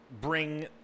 bring